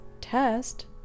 test